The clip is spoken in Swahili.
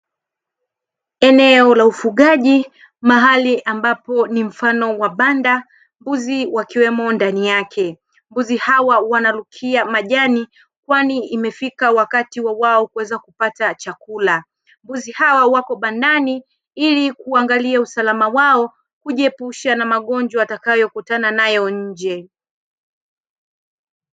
Eneo la ufugaji, mahali ambapo ni mfano wa banda, mbuzi wakiwemo ndani yake. Mbuzi hawa wanarukia majani, kwani imefika wakati wa wao kuweza kupata chakula. Mbuzi hawa wako bandani ili kuangalia usalama wao, hujiepusha na magonjwa watakayokutana nayo nje.